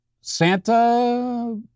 Santa